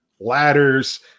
ladders